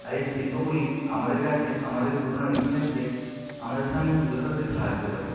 আর এই শিল্পগুলি আমাদের কাছে আমাদের পুরনো ইতিহাসকে আমাদের সামনে তুলে ধরতে সাহায্য করে